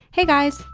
hey guys!